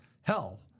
hell